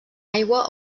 aigua